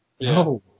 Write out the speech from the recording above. No